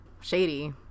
shady